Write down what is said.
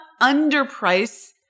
underprice